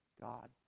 god